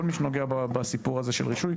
כל מי שנוגע בסיפור הזה של רישוי,